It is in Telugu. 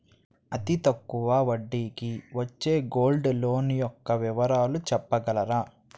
అతి తక్కువ వడ్డీ కి వచ్చే గోల్డ్ లోన్ యెక్క వివరాలు చెప్పగలరా?